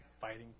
fighting